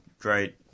great